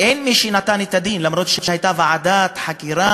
אין מי שנתן את הדין, אף שהייתה ועדת חקירה,